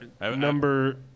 Number